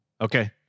Okay